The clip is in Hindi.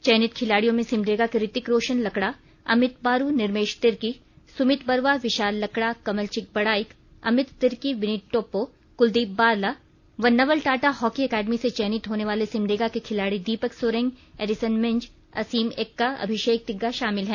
चयनित खिलाड़ियों में सिमडेगा के रीतिक रोशन लकड़ा अमित बारू निर्मेश तिर्की सुमित बरवा विशाल लकड़ा कमल चीक बड़ाईक अमित तिर्की बिनित टोप्पो कुलदीप बारला व नवल टाटा हॉकी एकेडमी से चयनित होने वाले सिमडेगा के खिलाड़ी दीपक सोरेंग एडिसन मिज असीम एक्का अभिषेक तिग्गा शामिल हैं